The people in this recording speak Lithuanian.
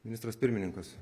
ministras pirmininkas